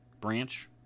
branch